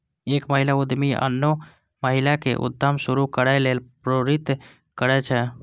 एक महिला उद्यमी आनो महिला कें उद्यम शुरू करै लेल प्रेरित करै छै